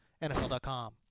NFL.com